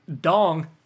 dong